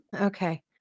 Okay